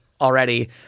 already